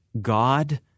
God